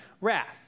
wrath